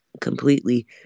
completely